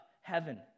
heaven